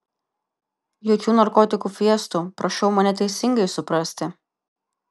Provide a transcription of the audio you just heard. jokių narkotikų fiestų prašau mane teisingai suprasti